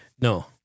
No